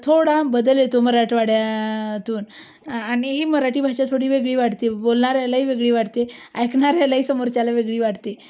थोडा बदल येतो मराठवाड्यातून आणि ही मराठी भाषा थोडी वेगळी वाटते बोलणाऱ्यालाही वेगळी वाटते ऐकणाऱ्यालाही समोरच्याला वेगळी वाटते